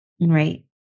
Right